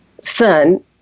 son